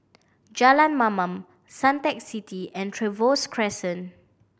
Jalan Mamam Suntec City and Trevose Crescent